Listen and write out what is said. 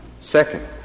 Second